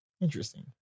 Interesting